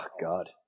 God